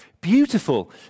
Beautiful